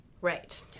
Right